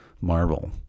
marvel